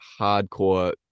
hardcore